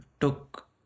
took